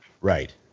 Right